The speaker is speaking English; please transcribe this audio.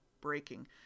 breaking